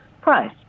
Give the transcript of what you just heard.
price